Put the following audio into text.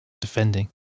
defending